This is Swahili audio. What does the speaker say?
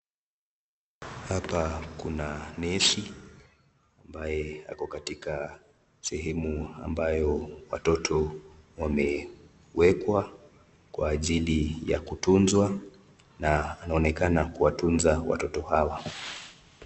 Hapa kuna nesi ambaye ako katika sehemu ambayo watoto wamewekwa kwa ajili ya kutuzwa na anaonekana kuwatuza watoto hawa.